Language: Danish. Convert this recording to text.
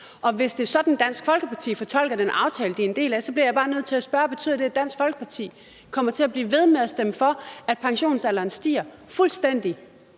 Og hvis det er sådan, Dansk Folkeparti fortolker den aftale, de er en del af, bliver jeg bare nødt til at spørge: Betyder det, at Dansk Folkeparti kommer til at blive ved med at stemme for, at pensionsalderen stiger fuldstændig